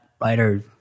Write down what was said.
writer